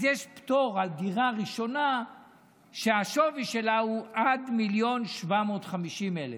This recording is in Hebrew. אז יש פטור על דירה ראשונה שהשווי שלה הוא עד 1.75 מיליון.